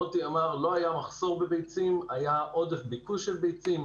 מוטי אמר: לא היה מחסור בביצים היה עודף ביקוש של ביצים.